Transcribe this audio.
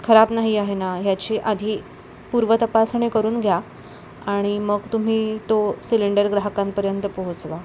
खराब नाही आहे ना ह्याची आधी पूर्व तपासणी करून घ्या आणि मग तुम्ही तो सिलेंडर ग्राहकांपर्यंत पोहोचवा